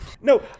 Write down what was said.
No